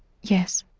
yes.